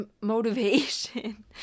motivation